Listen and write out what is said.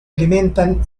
alimentan